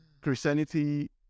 Christianity